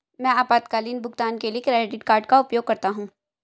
मैं आपातकालीन भुगतान के लिए क्रेडिट कार्ड का उपयोग करता हूं